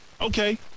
Okay